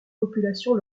populations